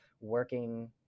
working